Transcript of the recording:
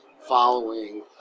following